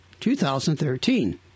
2013